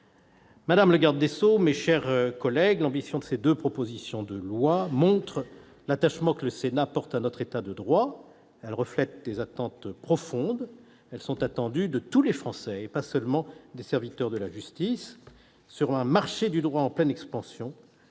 Madame la garde des sceaux, mes chers collègues, l'ambition de ces deux propositions de loi montre l'attachement que le Sénat porte à notre état de droit. Elles reflètent les attentes profondes de tous les Français, et pas seulement celles des serviteurs de la justice. Sur un marché du droit en pleine expansion,